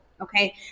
okay